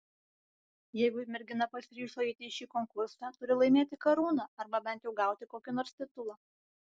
jeigu mergina pasiryžo eiti į šį konkursą turi laimėti karūną arba bent jau gauti kokį nors titulą